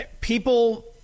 People